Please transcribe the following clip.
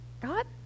god